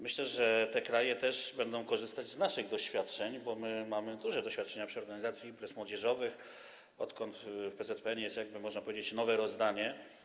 Myślę, że te kraje też będą korzystać z naszych doświadczeń, bo mamy duże doświadczenia w organizacji imprez młodzieżowych, odkąd w PZPN-ie jest, można powiedzieć, nowe rozdanie.